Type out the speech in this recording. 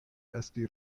esti